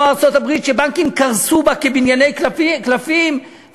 ארצות-הברית בנקים קרסו בה כבנייני קלפים,